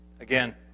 Again